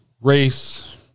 race